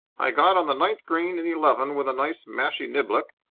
i got on the ninth green in eleven with a nice mashie-niblick,